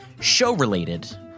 show-related—